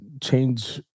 change